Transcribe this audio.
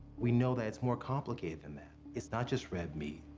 we know that it's more complicated than that. it's not just red meat.